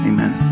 Amen